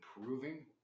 improving